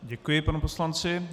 Děkuji panu poslanci.